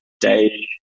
day